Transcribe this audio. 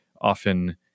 often